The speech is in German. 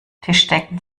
tischdecken